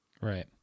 Right